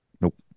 Nope